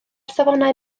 safonau